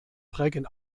prägen